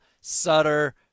Sutter